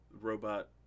robot